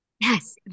Yes